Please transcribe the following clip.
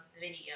video